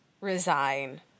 resign